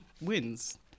wins